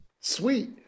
Sweet